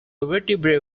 vertebrae